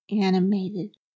animated